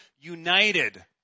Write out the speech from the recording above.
united